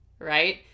right